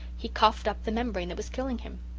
he coughed up the membrane that was killing him.